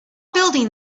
building